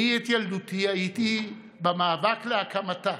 בילדותי הייתי במאבק להקמתה,